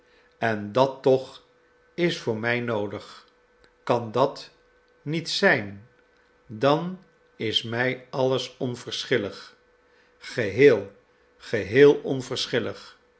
en dat toch is voor mij noodig kan dat niet zijn dan is mij alles onverschillig geheel geheel